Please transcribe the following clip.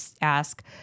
ask